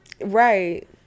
Right